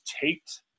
taped